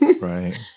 Right